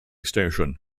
station